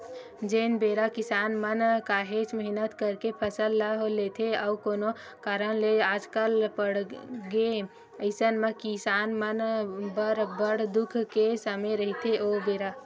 जेन बेरा किसान मन काहेच मेहनत करके फसल ल लेथे अउ कोनो कारन ले अकाल पड़गे अइसन म किसान मन बर बड़ दुख के समे रहिथे ओ बेरा